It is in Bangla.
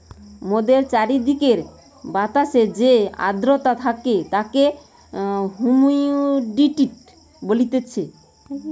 মোদের চারিদিকের বাতাসে যে আদ্রতা থাকে তাকে হুমিডিটি বলতিছে